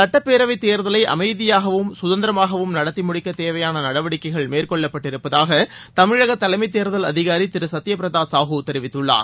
சட்ப்பேரவைத் தேர்தலைஅமைதியாகவும் சுதந்திரமாகவும் நடத்திமுடிக்கதேவையானநடவடிக்கைகள் மேற்கொள்ளப்பட்டிருப்பதாகதமிழகதலைமைதேர்தல் அதிகாரிதிருசத்யபிரதாசாகுதெரிவித்துள்ளார்